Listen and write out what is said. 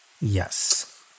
Yes